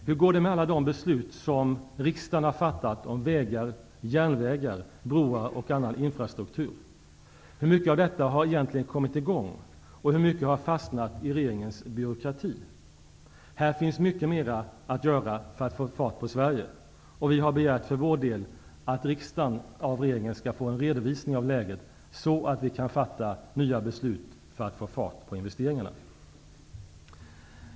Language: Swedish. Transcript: Hur går det med alla de beslut som riksdagen har fattat om vägar, järnvägar, broar och annan infrastruktur? Hur mycket av detta har egentligen kommit i gång? Och hur mycket har fastnat i regeringens byråkrati? Här finns mycket mera att göra för att få fart på Sverige. Vi har för vår del begärt att riksdagen av regeringen skall få en redovisning av läget, så att vi kan fatta nya beslut för att få fart på investeringarna.